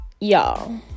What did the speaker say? y'all